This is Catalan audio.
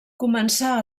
començà